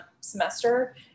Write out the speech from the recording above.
semester